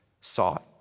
sought